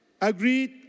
agreed